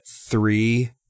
three